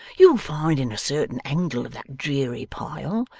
you'll find in a certain angle of that dreary pile,